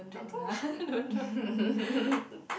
I think she